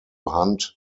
hunt